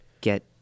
get